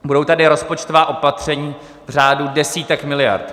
Budou tady rozpočtová opatření v řádu desítek miliard.